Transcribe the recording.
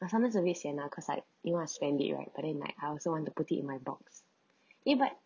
but sometimes a bit xian ah cause like you want to spend it right but and like I also want to put it in my box eh but